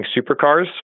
supercars